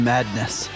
Madness